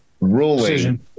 ruling